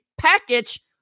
package